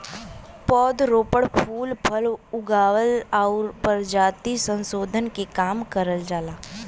पौध रोपण, फूल फल उगावल आउर परजाति संसोधन के काम करल जाला